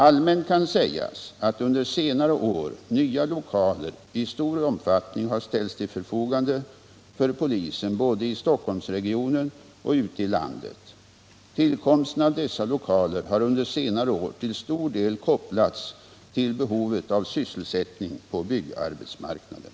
Allmänt kan sägas att under senare år nya lokaler i stor omfattning har ställts till förfogande för polisen både i Stockholmsregionen och ute i landet. Tillkomsten av dessa lokaler har under senare år till stor del kopplats till behovet av sysselsättning på byggarbetsmarknaden.